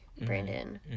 Brandon